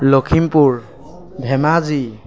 Lakhimpur Dhemaji